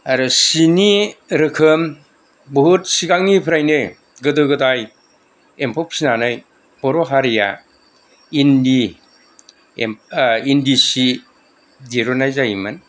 आरो सिनि रोखोम बहुद सिगांनिफ्रायनो गोदो गोदाय एम्फौ फिसिनानै बर' हारिया इन्दि इन्दि सि दिरुननाय जायोमोन